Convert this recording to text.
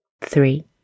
three